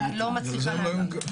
אני לא מצליחה להבין כלום.